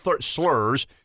slurs